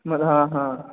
हॅं हॅं